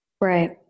Right